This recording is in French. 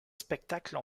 spectacles